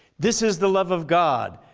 this is the love of god,